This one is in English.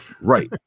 Right